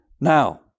Now